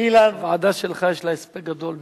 שלוועדה שלך יש הספק גדול בחוקים,